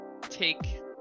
take